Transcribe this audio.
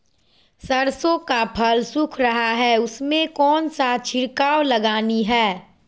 सरसो का फल सुख रहा है उसमें कौन सा छिड़काव लगानी है?